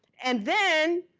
and then